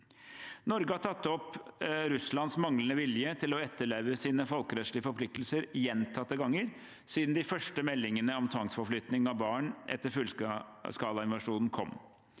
Norge har tatt opp Russlands manglende vilje til å etterleve sine folkerettslige forpliktelser gjentatte ganger siden de første meldingene om tvangsflytting av barn etter at fullskalainvasjonen kom.